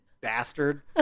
bastard